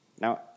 Now